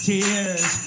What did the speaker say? Tears